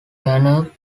danube